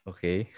Okay